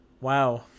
Wow